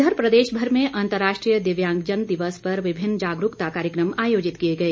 इधर प्रदेश भर में अंतर्राष्ट्रीय दिव्यांगजन दिवस पर विभिन्न जागरूकता कार्यक्रम आयोजित किए गए